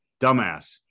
dumbass